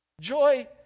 Joy